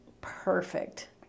perfect